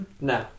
No